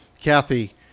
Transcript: Kathy